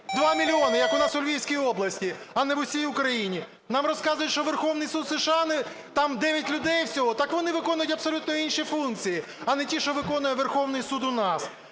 Два мільйони! Як у нас у Львівській області, а не в усій Україні. Нам розказують, що Верховний Суд США, там 9 людей всього. Так вони виконують абсолютно інші функції, а не ті, що виконує Верховний Суд у нас.